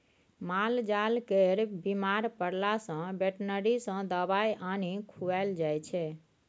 मालजाल केर बीमार परला सँ बेटनरी सँ दबाइ आनि खुआएल जाइ छै